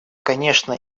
конечно